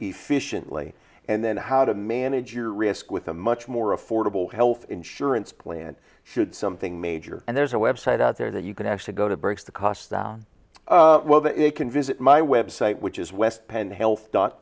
efficiently and then how to manage your risk with a much more affordable health insurance plan should something major and there's a web site out there that you can actually go to breaks the cost down well they can visit my website which is west penn health dot